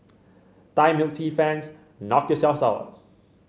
Thai milk tea fans knock yourselves out